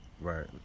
Right